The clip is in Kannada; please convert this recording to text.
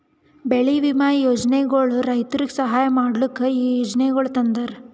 ಬೆಳಿ ವಿಮಾ ಯೋಜನೆಗೊಳ್ ರೈತುರಿಗ್ ಸಹಾಯ ಮಾಡ್ಲುಕ್ ಈ ಯೋಜನೆಗೊಳ್ ತಂದಾರ್